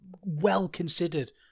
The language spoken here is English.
well-considered